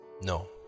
no